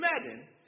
imagine